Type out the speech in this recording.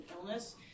illness